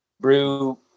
Brew